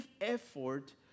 effort